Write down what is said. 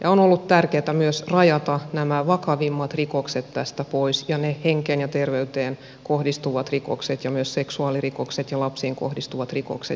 on ollut tärkeätä myös rajata nämä vakavimmat rikokset tästä pois ja ne henkeen ja terveyteen kohdistuvat rikokset ja myös seksuaalirikokset ja lapsiin kohdistuvat rikokset